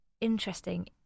interesting